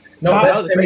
No